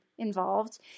involved